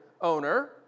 owner